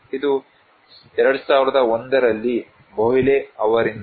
ಇದು 2001 ರಲ್ಲಿ ಬೋಹ್ಲೆ ಅವರಿಂದ